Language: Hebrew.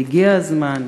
והגיע הזמן,